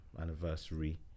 anniversary